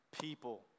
people